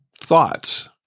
thoughts